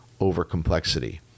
overcomplexity